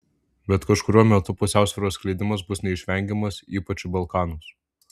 bet kažkuriuo metu pusiausvyros skleidimas bus neišvengiamas ypač į balkanus